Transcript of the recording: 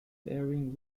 erin